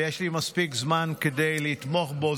ויש לי מספיק זמן כדי לתמוך בו,